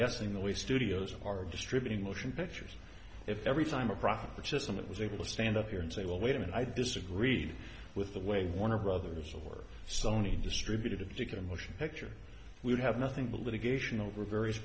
guessing the way studios are distributing motion pictures if every time a profit which isn't it was able to stand up here and say well wait a minute i disagreed with the way warner brothers or sony distributed a particular motion picture we would have nothing but litigation over various